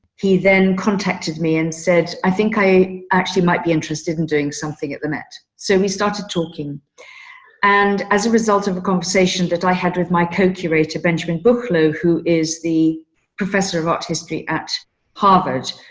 he then contacted me and said, i think i actually might be interested in doing something at the met. so we started talking and as a result of the conversation that i had with my co curator, benjamin book flow, who is the professor of art history at harvard,